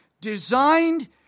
designed